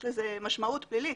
יש לזה משמעות פלילית.